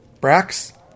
Brax